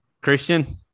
christian